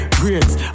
greats